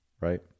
right